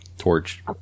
torch